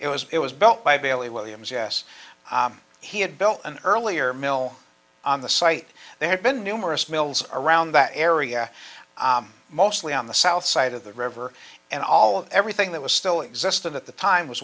it was it was built by bally williams yes he had built an earlier mill on the site there had been numerous mills around that area mostly on the south side of the river and all of everything that was still existed at the time was